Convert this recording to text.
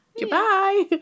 Goodbye